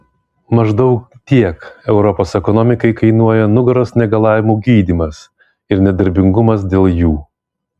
maždaug tiek europos ekonomikai kainuoja nugaros negalavimų gydymas ir nedarbingumas dėl jų